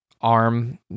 arm